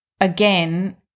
again